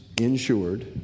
insured